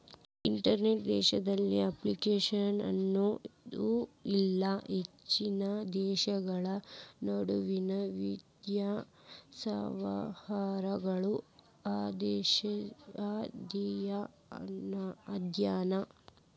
international finance ಅನ್ನೋದು ಇಲ್ಲಾ ಹೆಚ್ಚಿನ ದೇಶಗಳ ನಡುವಿನ್ ವಿತ್ತೇಯ ಸಂವಹನಗಳ ಅಧ್ಯಯನ